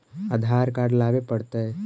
आधार card लाबे पड़तै?